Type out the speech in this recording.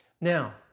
Now